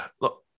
look